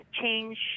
change